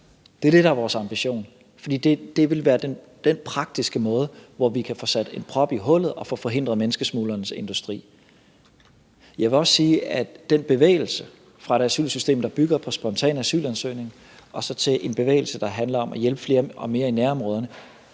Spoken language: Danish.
der er vores ambition, for det ville være den praktiske måde, hvor vi kan få sat en prop i hullet og få forhindret menneskesmuglernes industri. Jeg vil også sige, at den bevægelse fra et asylsystem, der bygger på spontane asylansøgninger, og så til et system, der handler om at hjælpe flere og mere i nærområderne,